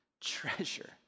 treasure